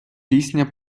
пісня